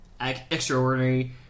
extraordinary